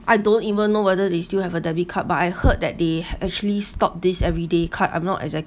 I don't even know whether they still have a debit card but I heard that they actually stop this everyday card I'm not exactly